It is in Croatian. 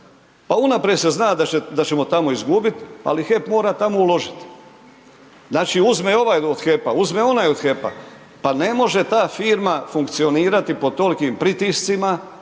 pa unaprijed se zna da ćemo tamo izgubit ali HEP mora tamo uložit. Znači uzme ovaj od HEP-a, uzme onaj od HEP-a pa ne može ta firma funkcionirati pod tolikim pritiscima,